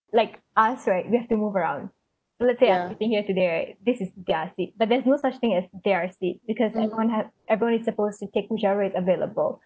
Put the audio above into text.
like us right we have to move around let's say I'm sitting here today right this is their seat but there's no such thing as their seat because everyone have everyone is supposed to take whichever is available